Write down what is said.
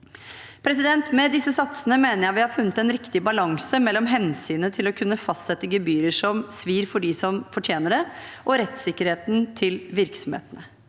virksomheter. Med disse satsene mener jeg vi har funnet en riktig balanse mellom hensynet til å kunne fastsette gebyrer som svir for dem som fortjener det, og rettssikkerheten til virksomhetene,